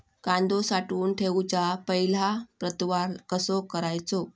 कांदो साठवून ठेवुच्या पहिला प्रतवार कसो करायचा?